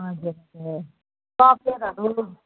हजुर ए कफेरहरू